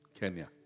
Kenya